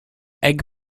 egg